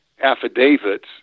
affidavits